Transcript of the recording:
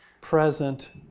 present